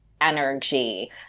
energy